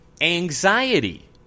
anxiety